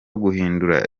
guhindura